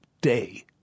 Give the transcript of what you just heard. day